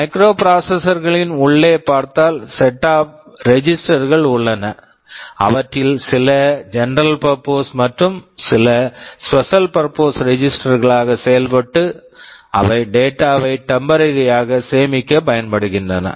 microprocessors microprocessors களின் உள்ளே பார்த்தால் set of registers set of registers கள் உள்ளன அவற்றில் சில ஜெனரல் பர்ப்போஸ் general purpose மற்றும் சில ஸ்பெஷல் பர்ப்போஸ் special purpose ரெஜிஸ்டர்ஸ் registers -களாக செயல்பட்டு அவை டேட்டா data வை டெம்பரரி temporary ஆக சேமிக்கப் பயன்படுகின்றன